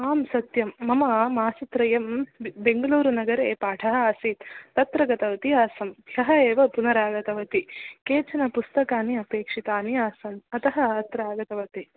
आम् सत्यं मम मासत्रयं बेंगलूरुनगरे पाठः आसीत् तत्र गतवती आसम् ह्यः एव पुनरागतवती केचन पुस्तकानि अपेक्षितानि आसन् अतः अत्र आगतवती